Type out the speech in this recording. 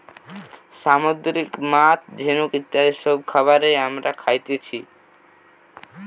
সামুদ্রিক মাছ, ঝিনুক ইত্যাদি সব খাবার হামরা খাতেছি